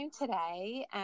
today